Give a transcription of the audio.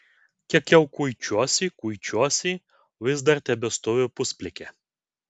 kiek jau kuičiuosi kuičiuosi o vis dar tebestoviu pusplikė